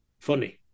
funny